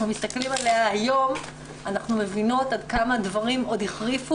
מסתכלים עליה היום אנחנו מבינות עד כמה הדברים עוד החריפו